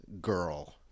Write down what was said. girl